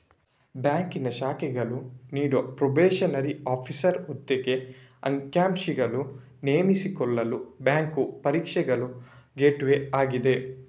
ಬ್ಯಾಂಕಿನ ಶಾಖೆಗಳು ನೀಡುವ ಪ್ರೊಬೇಷನರಿ ಆಫೀಸರ್ ಹುದ್ದೆಗೆ ಆಕಾಂಕ್ಷಿಗಳನ್ನು ನೇಮಿಸಿಕೊಳ್ಳಲು ಬ್ಯಾಂಕು ಪರೀಕ್ಷೆಗಳು ಗೇಟ್ವೇ ಆಗಿದೆ